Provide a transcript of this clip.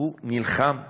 הוא נלחם באירופה,